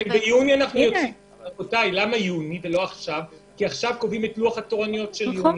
כי עכשיו קובעים את לוח התורניות של יוני.